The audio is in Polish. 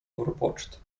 forpoczt